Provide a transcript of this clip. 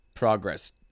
progress